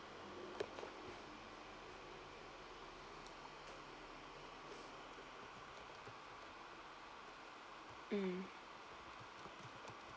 mm